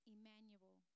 Emmanuel